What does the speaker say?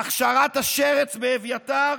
הכשרת השרץ באביתר?